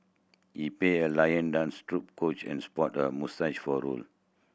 he pay a lion dance troupe coach and sport a moustache for role